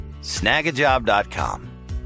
Snagajob.com